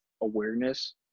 awareness